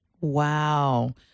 Wow